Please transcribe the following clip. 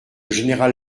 général